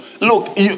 look